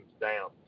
down